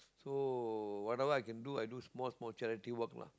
so whatever I can do i do small small charity work lah